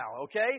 okay